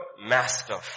master